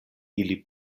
ili